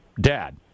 dad